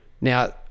now